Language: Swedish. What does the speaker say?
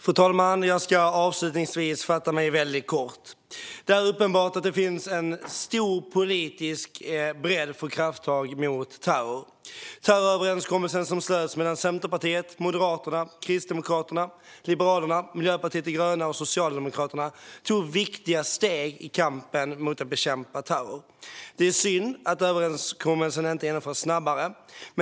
Fru talman! Jag ska avslutningsvis fatta mig väldigt kort. Det är uppenbart att det finns en bred politisk enighet om krafttag mot terror. Terroröverenskommelsen som slöts mellan Centerpartiet, Moderaterna, Kristdemokraterna, Liberalerna, Miljöpartiet de gröna och Socialdemokraterna tog viktiga steg i kampen för att bekämpa terror. Det är synd att överenskommelsen inte genomförts snabbare.